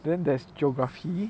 then there's geography